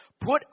Put